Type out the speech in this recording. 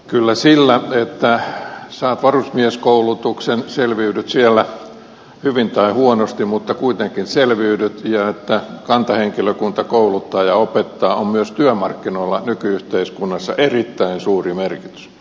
kyllä sillä että saat varusmieskoulutuksen selviydyt siellä hyvin tai huonosti mutta kuitenkin selviydyt ja että kantahenkilökunta kouluttaa ja opettaa on myös työmarkkinoilla nyky yhteiskunnassa erittäin suuri merkitys